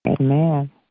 Amen